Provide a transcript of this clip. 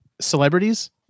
Celebrities